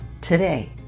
today